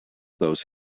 those